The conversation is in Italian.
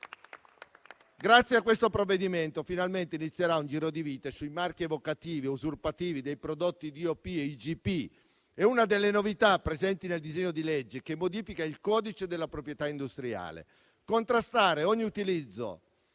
Grazie al provvedimento in discussione, finalmente inizierà un giro di vite sui marchi evocativi e usurpativi dei prodotti DOP e IGP. È una delle novità presenti nel disegno di legge che modifica il codice della proprietà industriale. Contrastare ogni utilizzo